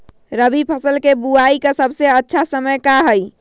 रबी फसल के बुआई के सबसे अच्छा समय का हई?